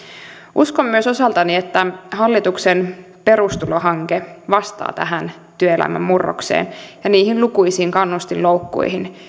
uskon myös osaltani että hallituksen perustulohanke vastaa tähän työelämän murrokseen ja niihin lukuisiin kannustinloukkuihin